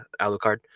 Alucard